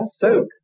soak